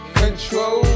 control